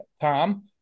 Tom